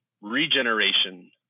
regeneration